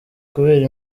kubera